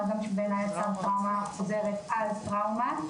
מה גם שזה יצר טראומה חוזרת על טראומה.